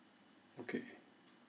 okay